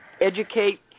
educate